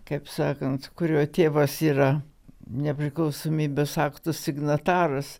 kaip sakant kurio tėvas yra nepriklausomybės akto signataras